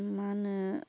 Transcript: मा होनो